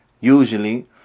usually